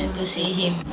and to see him